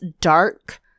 dark